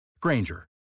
Granger